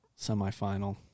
semifinal